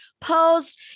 post